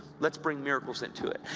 let's bring miracles into it!